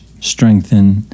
strengthen